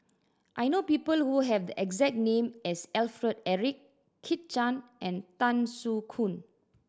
I know people who have the exact name as Alfred Eric Kit Chan and Tan Soo Khoon